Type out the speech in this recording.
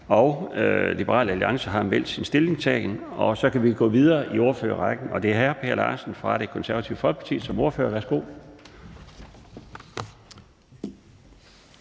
Liberal Alliance har meldt sin stillingtagen, og så kan vi gå videre i ordførerrækken. Det er nu hr. Per Larsen fra Det Konservative Folkeparti som ordfører. Værsgo.